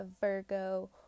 Virgo